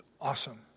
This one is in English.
awesome